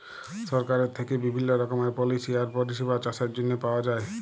সরকারের থ্যাইকে বিভিল্ল্য রকমের পলিসি আর পরিষেবা চাষের জ্যনহে পাউয়া যায়